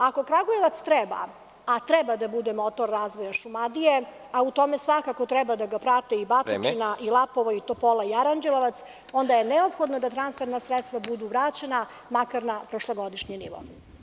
Ako Kragujevac treba, a treba da bude motor razvoja Šumadije, a u tome svakako treba da ga prate i Batočina, Lapovo, Topola i Aranđelovac, onda je neophodno da transferna sredstva budu vraćena makar na prošlogodišnji nivo.